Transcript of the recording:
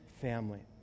family